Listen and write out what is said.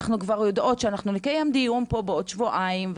אנחנו כבר יודעות שאנחנו נקיים דיון פה בעוד שבועיים,